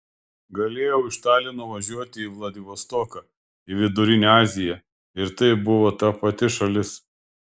galėjau iš talino važiuoti į vladivostoką į vidurinę aziją ir tai buvo ta pati šalis